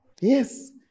Yes